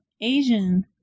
Asian